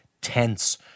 tense